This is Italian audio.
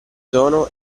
sono